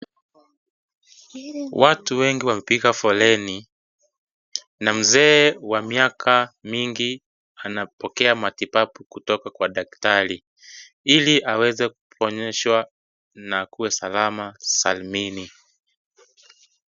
Watu wengi wamepiga foleni na mzee wa miaka mingi anapokea matibabu kutoka kwa daktari ,ili awezekuponyeshwa na akuwe salama saalmini.